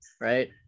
right